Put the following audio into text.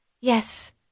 Yes